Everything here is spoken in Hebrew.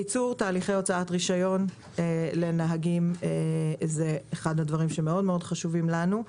קיצור תהליכי הוצאת רישיון לנהגים זה אחד הדברים שחשובים לנו מאוד.